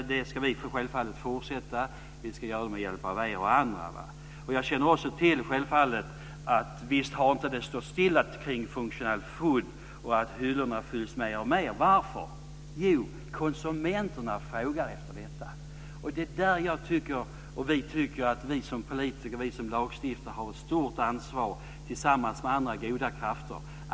Det ska vi självfallet fortsätta med, och vi ska göra det med hjälp av er och andra. Jag känner självfallet också till att det inte har stått stilla kring functional food och att hyllorna fylls mer och mer. Varför? Jo, konsumenterna frågar efter detta. Det är därför vi tycker att vi som politiker och lagstiftare har ett stort ansvar tillsammans med andra goda krafter.